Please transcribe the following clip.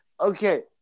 okay